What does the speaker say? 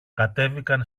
κατέβηκαν